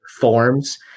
forms